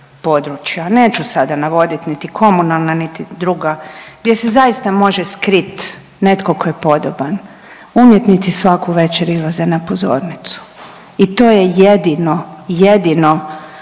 područja neću sada navoditi niti komunalna, niti druga, gdje se zaista može skrit netko tko je podoban. Umjetnici svaku večer izlaze na pozornicu i to je jedino, jedino